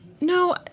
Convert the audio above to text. no